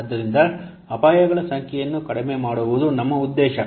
ಆದ್ದರಿಂದ ಅಪಾಯಗಳ ಸಂಖ್ಯೆಯನ್ನು ಕಡಿಮೆ ಮಾಡುವುದು ನಮ್ಮ ಉದ್ದೇಶ